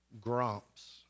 Grumps